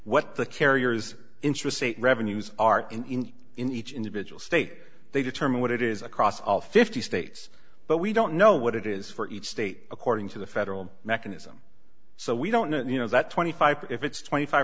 what the carriers intrastate revenues are in in each individual state they determine what it is across all fifty states but we don't know what it is for each state according to the federal mechanism so we don't you know that twenty five dollars if it's twenty five